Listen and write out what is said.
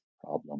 problem